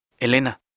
Elena